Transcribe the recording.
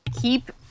keep